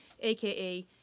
aka